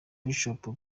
bishoboka